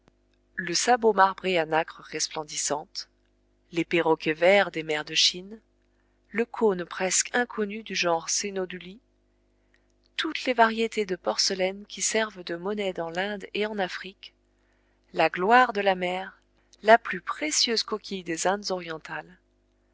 le sabot marbré à nacre resplendissante les perroquets verts des mers de chine le cône presque inconnu du genre coenodulli toutes les variétés de porcelaines qui servent de monnaie dans l'inde et en afrique la gloire de la mer la plus précieuse coquille des indes orientales